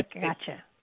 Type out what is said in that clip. Gotcha